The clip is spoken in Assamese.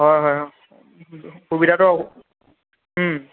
হয় হয় সুবিধাটো